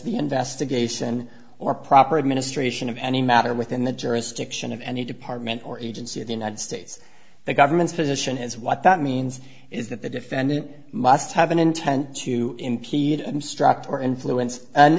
the investigation or proper administration of any matter within the jurisdiction of any department or agency of the united states the government's position is what that means is that the defendant must have an intent to impede instruct or influence an